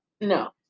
No